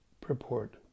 Purport